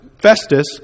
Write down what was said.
Festus